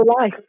life